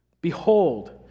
Behold